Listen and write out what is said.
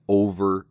over